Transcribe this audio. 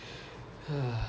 mm